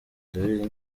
ndabizi